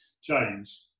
change